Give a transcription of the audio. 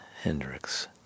Hendrix